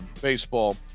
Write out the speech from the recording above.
baseball